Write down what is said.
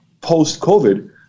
post-COVID